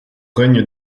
règne